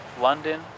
London